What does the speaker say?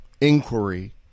inquiry